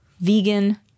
vegan